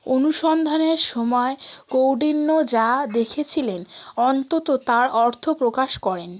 অনুসন্ধানের সময় কৌডিন্য যা দেখেছিলেন অন্তত তার অর্থ প্রকাশ করেন